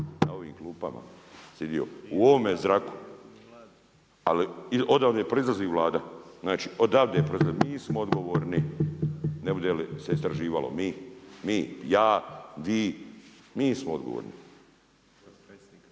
na ovim klupama sjedio, u ovome zraku. Ali odavde ne proizlazi Vlada, znači odavde proizlazi, mi smo odgovorni ne bude li se istraživalo. Mi, mi, ja vi, mi smo odgovorni.